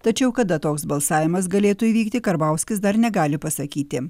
tačiau kada toks balsavimas galėtų įvykti karbauskis dar negali pasakyti